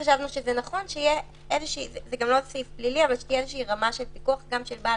אבל חשבנו שזה נכון שתהיה רמה של פיקוח גם של בעל